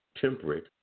temperate